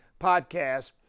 podcast